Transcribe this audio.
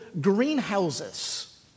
greenhouses